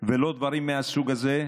ולא דברים מהסוג הזה,